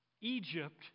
Egypt